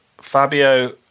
Fabio